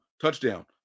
Touchdown